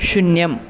शून्यम्